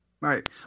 Right